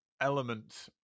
element